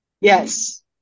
Yes